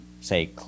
say